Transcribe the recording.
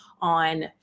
on